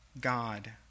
God